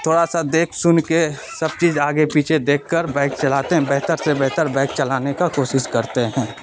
تھوڑا سا دیکھ سن کے سب چیز آگے پیچھے دیکھ کر بائک چلاتے ہیں بہتر سے بہتر بائک چلانے کا کوشش کرتے ہیں